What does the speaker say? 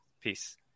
peace